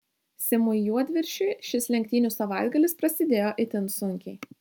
simui juodviršiui šis lenktynių savaitgalis prasidėjo itin sunkiai